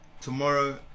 tomorrow